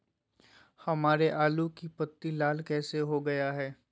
हमारे आलू की पत्ती लाल कैसे हो गया है?